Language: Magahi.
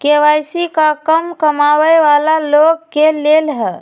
के.वाई.सी का कम कमाये वाला लोग के लेल है?